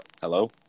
Hello